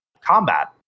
combat